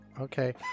Okay